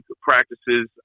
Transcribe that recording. practices